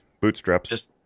Bootstraps